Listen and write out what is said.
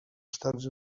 estats